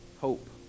hope